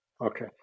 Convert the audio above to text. Okay